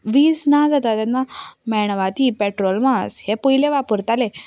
वीज ना जाता तेन्ना मेणवाती पॅट्रोमास हे पयले वापरताले